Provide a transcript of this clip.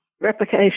replication